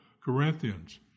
Corinthians